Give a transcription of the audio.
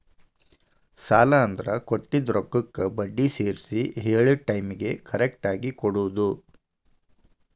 ಸಾಲ ಅಂದ್ರ ಕೊಟ್ಟಿದ್ ರೊಕ್ಕಕ್ಕ ಬಡ್ಡಿ ಸೇರ್ಸಿ ಹೇಳಿದ್ ಟೈಮಿಗಿ ಕರೆಕ್ಟಾಗಿ ಕೊಡೋದ್